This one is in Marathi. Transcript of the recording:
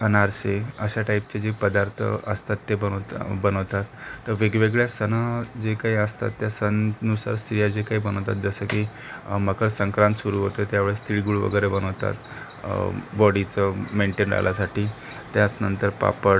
अनारसे अशा टाईपचे जे पदार्थ असतात ते बनवत बनवतात तर वेगवेगळ्या सण जे काही असतात त्या सणानुसार स्त्रिया जे काय बनवतात जसं की मकर संक्रांत सुरू होते त्यावेळेस तिळगुळ वगैरे बनवतात बॉडीचं मेंटेन राहण्यासाठी त्याचनंतर पापड